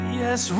yes